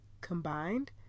combined